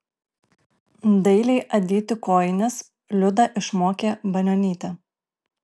dailiai adyti kojines liudą išmokė banionytė